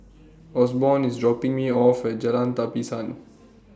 Osborne IS dropping Me off At Jalan Tapisan